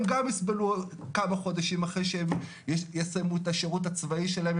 הם גם יסבלו כמה חודשים אחרי שהם יסיימו את השירות הצבאי שלהם.